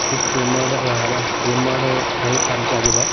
खूप प्रेमळ राहरा प्रेमळ आहेत आमचे आजोबा